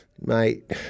mate